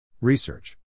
Research